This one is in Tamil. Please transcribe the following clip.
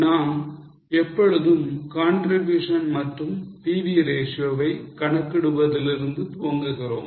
நாம் எப்பொழுதும் contribution மற்றும் PV ratio வை கணக்கிடுவதிலிருந்து துவங்குகிறோம்